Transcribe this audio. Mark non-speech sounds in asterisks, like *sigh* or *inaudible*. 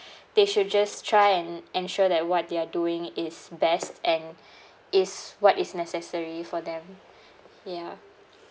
*breath* they should just try and ensure that what they're doing is best and is what is necessary for them ya